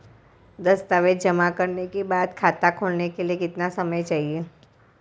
दस्तावेज़ जमा करने के बाद खाता खोलने के लिए कितना समय चाहिए?